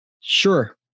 sure